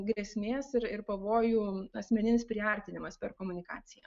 grėsmės ir ir pavojų asmenims priartinimas per komunikaciją